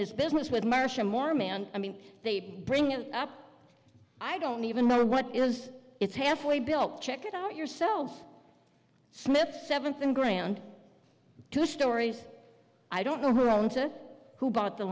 this business with marcia moore man i mean they bring it up i don't even know what it is it's halfway built check it out yourself smith seventh in grand two stories i don't know who owns or who bought the